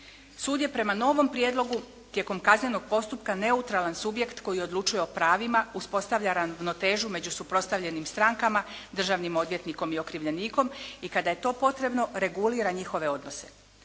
Sud je prema novom prijedlogu tijekom kaznenog postupka neutralan subjekt koji odlučuje o pravima, uspostavlja ravnotežu među suprotstavljenim strankama, državnim odvjetnikom i okrivljenikom i kada je to potrebno regulira njihove odnose.